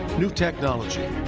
new technology,